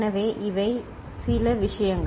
எனவே இவை சில விஷயங்கள்